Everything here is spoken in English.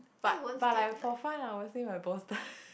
but but like for fun I would say my bolster